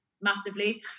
massively